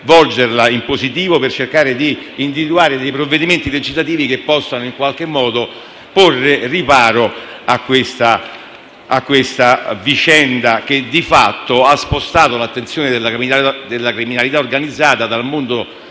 in positivo e individuare provvedimenti legislativi che possano porre riparo a questa vicenda che, di fatto, ha spostato l'attenzione della criminalità organizzata dal mondo